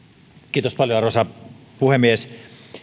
kiitos paljon arvoisa puhemies